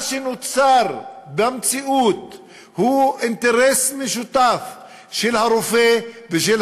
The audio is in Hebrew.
מה שנוצר במציאות הוא אינטרס משותף של הרופא ושל